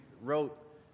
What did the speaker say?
wrote